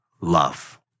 love